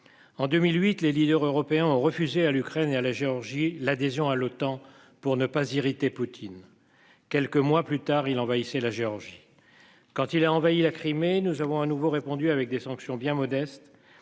En 2008, les leaders européens ont refusé à l'Ukraine et à la Géorgie, l'adhésion à l'OTAN pour ne pas irriter Poutine. Quelques mois plus tard il envahissait la Géorgie. Quand il a envahi la Crimée. Nous avons un nouveau répondu avec des sanctions bien modeste.